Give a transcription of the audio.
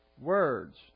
words